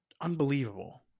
Unbelievable